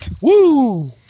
Woo